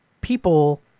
people